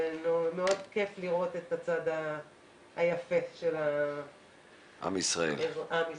זה מאוד כיף לראות את הצד היפה של עם ישראל.